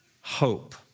hope